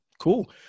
Cool